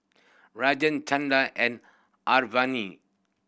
Rajan Chanda and